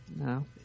no